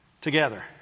together